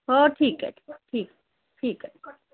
हो ठीक आहे ठीक आहे ठीक आहे